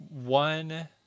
One